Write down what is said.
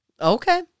Okay